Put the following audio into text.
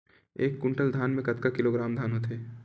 एक कुंटल धान में कतका किलोग्राम धान होथे?